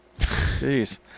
Jeez